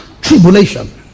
tribulation